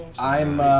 i'm